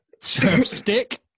Stick